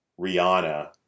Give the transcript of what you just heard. Rihanna